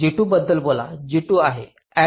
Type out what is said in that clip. G2 बद्दल बोला G2 आहे AND